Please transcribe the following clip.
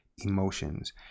emotions